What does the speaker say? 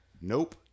Nope